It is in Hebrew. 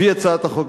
לפי הצעת החוק,